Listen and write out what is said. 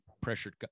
pressured